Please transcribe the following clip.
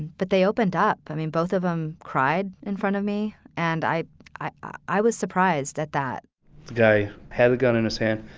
but they opened up. i mean, both of them cried in front of me. and i i i was surprised at that they had a gun in his hand,